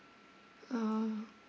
ah